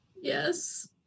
Yes